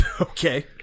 Okay